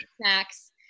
snacks